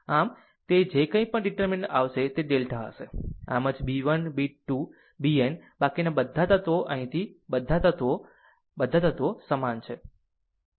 આમ તે જે કંઇ પણ ડીટેર્મિનન્ટ આવશે તે ડેલ્ટા હશે આમ જ b 1 b 2 bn બાકીના બધા તત્વો અહીંથી બધા તત્વો આ બધા તત્વો તે બધા તત્વો સમાન છે